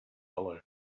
hollow